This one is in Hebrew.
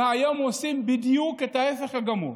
והיום עושים בדיוק את ההפך הגמור